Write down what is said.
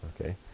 Okay